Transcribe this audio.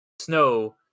snow